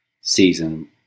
season